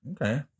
Okay